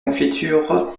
confiture